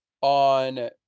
on